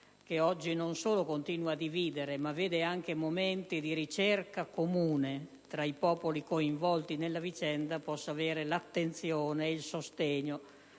che oggi continua a dividere, ma vede anche momenti di ricerca comune tra i popoli coinvolti nella vicenda - possa avere attenzione e sostegno